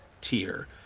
tier